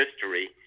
history